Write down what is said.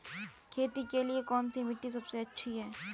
खेती के लिए कौन सी मिट्टी सबसे अच्छी है?